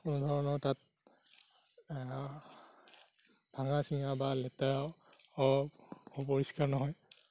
কোনোধৰণৰ তাত ভাঙা ছিঙা বা লেতেৰা অপৰিস্কাৰ নহয়